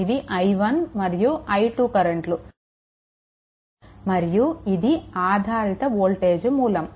ఇవి i1 మరియు i2 కరెంట్లు మరియు ఇది ఒక ఆధారిత వోల్టేజ్ మూలం